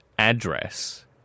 address